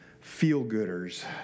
feel-gooders